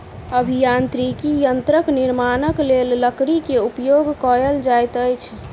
अभियांत्रिकी यंत्रक निर्माणक लेल लकड़ी के उपयोग कयल जाइत अछि